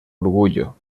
orgullo